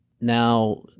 Now